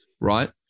right